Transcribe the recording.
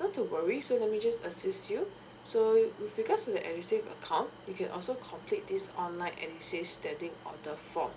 not to worry so let me just assist you so with regards to the edusave account you can also complete this online edusave standing order form